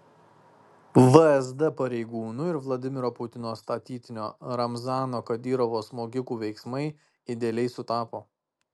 vsd pareigūnų ir vladimiro putino statytinio ramzano kadyrovo smogikų veiksmai idealiai sutapo